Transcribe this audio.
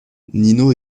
nino